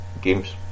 games